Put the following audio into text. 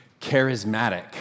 charismatic